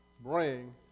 bring